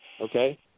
okay